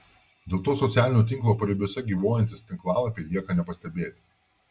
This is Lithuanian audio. dėl to socialinio tinklo paribiuose gyvuojantys tinklalapiai lieka nepastebėti